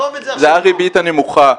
זו הריבית הנמוכה,